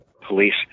police